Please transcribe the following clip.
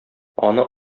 аны